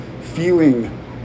feeling